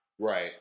Right